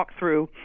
walkthrough